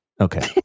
Okay